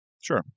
sure